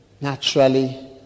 naturally